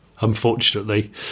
unfortunately